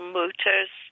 motors